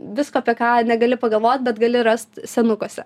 visko apie ką negali pagalvot bet gali rast senukuose